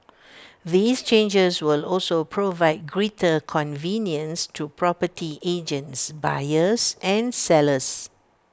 these changes will also provide greater convenience to property agents buyers and sellers